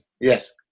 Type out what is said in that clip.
Yes